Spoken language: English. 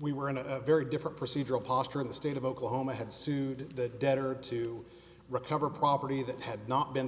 we were in a very different procedural posture in the state of oklahoma had sued the debtor to recover property that had not been